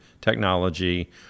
technology